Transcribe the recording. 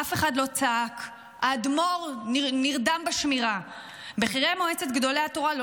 אף אחד לא צעק "האדמו"ר נרדם בשמירה"; בכירי מועצת גדולי התורה לא